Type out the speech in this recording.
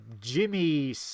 jimmy